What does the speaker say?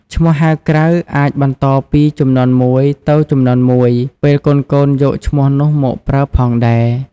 ឈ្មោះហៅក្រៅអាចបន្តពីជំនាន់មួយទៅជំនាន់មួយ ពេលកូនៗយកឈ្មោះនោះមកប្រើផងដែរ។